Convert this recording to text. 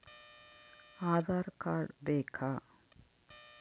Aadhaar card ಬೇಕಾ?